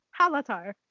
Halatar